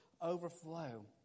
overflow